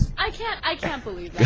i can't i can't believe